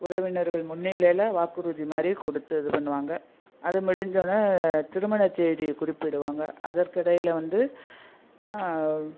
உறவினர்கள் முன்னிலையில் வாக்குறுதி மாதிரி கொடுத்து இது பண்ணுவாங்க அது முடிஞ்சோடனே திருமணத்தேதி குறிப்பிடுவாங்க அதற்கிடையில் வந்து